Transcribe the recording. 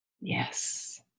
Yes